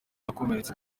abakomeretse